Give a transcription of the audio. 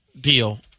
deal